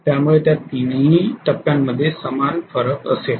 त्यामुळे या तीनही टप्प्यांमध्ये समान फरक असेल